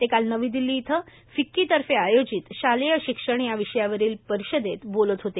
ते काल नवी दिल्ली इथं फिक्की तर्फे आयोजित शालेय शिक्षण या विषयावरील परिषदेत बोलत होते